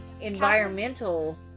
environmental